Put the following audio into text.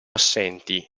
assenti